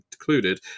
included